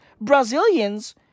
Brazilians